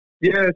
Yes